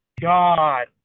God